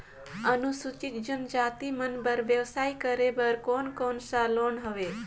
अनुसूचित जनजाति मन बर व्यवसाय करे बर कौन कौन से लोन हवे?